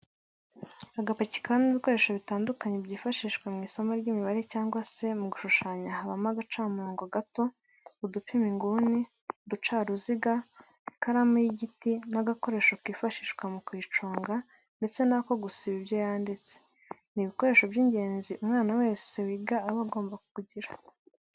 Agapaki kabamo ibikoresho bitandukanye byifashishwa mu isomo ry'imibare cyangwa se mu gushushanya habamo agacamurongo gato, udupima inguni, uducaruziga ,ikaramu y'igiti n'agakoresho kifashishwa mu kuyiconga ndetse n'ako gusiba ibyo yanditse, ni ibikoresho by'ingenzi umwana wese wiga aba agomba kugira.